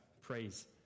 praise